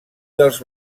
dels